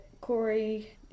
Corey